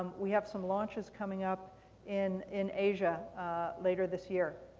we have some launches coming up in in asia later this year.